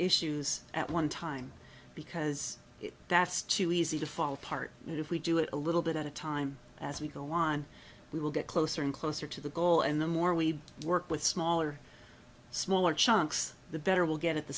issues at one time because that's too easy to fall apart that if we do it a little bit at a time as we go on we will get closer and closer to the goal and the more we work with small or smaller chunks the better we'll get at the